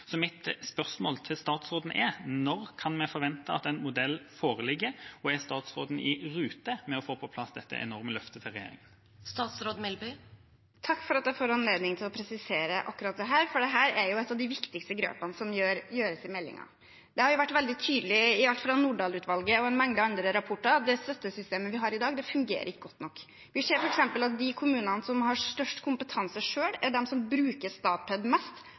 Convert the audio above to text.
Mitt spørsmål til statsråden er: Når kan vi forvente at en modell foreligger, og er statsråden i rute med å få på plass dette enorme løftet fra regjeringa? Takk for at jeg får anledning til å presisere akkurat dette, for dette er et av de viktigste grepene som tas i meldingen. Det har vært veldig tydelig, i alt fra Nordahl-utvalgets rapport til en mengde andre rapporter, at det støttesystemet vi har i dag, ikke fungerer godt nok. Vi ser f.eks. at de kommunene som har størst kompetanse selv, er de som bruker Statped mest,